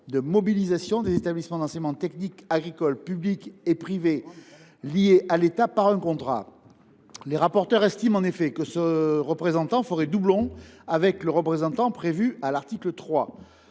de mobilisation des établissements d’enseignement technique agricole publics et privés liés à l’État par un contrat. Les auteurs de cet amendement estiment en effet que ce représentant ferait doublon avec celui qui est prévu à l’article 3.